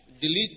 delete